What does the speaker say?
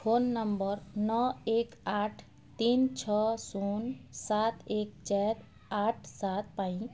phone number ନଅ ଏକ ଆଠ ତିନି ଛଅ ଶୂନ ସାତ ଏକ ଚାରି ଆଠ ସାତ ପାଇଁ